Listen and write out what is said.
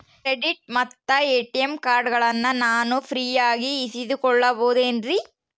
Credit ಮತ್ತ ATM ಕಾರ್ಡಗಳನ್ನ ನಾನು ಫ್ರೇಯಾಗಿ ಇಸಿದುಕೊಳ್ಳಬಹುದೇನ್ರಿ?